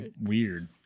weird